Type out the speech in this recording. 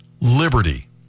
Liberty